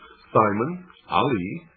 simon, ali,